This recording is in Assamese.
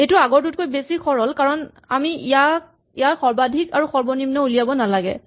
এইটো আগৰটোতকৈ বেছি সৰল কাৰণ আমি ইয়াত সৰ্বাধিক আৰু সৰ্বনিম্ন উলিয়াব নালাগে